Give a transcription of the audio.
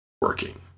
working